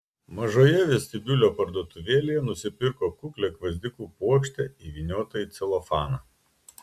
mažoje vestibiulio parduotuvėlėje nusipirko kuklią gvazdikų puokštę įvyniotą į celofaną